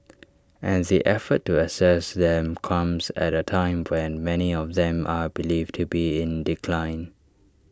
and the effort to assess them comes at A time when many of them are believed to be in decline